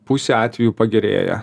pusė atvejų pagerėja